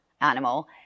animal